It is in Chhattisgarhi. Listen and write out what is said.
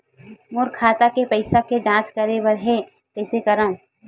मोर खाता के पईसा के जांच करे बर हे, कइसे करंव?